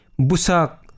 Busak